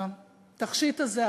התכשיט הזה,